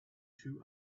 two